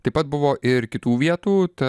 taip pat buvo ir kitų vietų ta